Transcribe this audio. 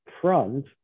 front